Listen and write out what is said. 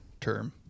term